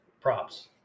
props